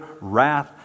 wrath